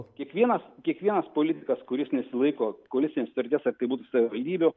kiekvienas kiekvienas politikas kuris nesilaiko koalicinės sutarties ar tai būtų savivaldybių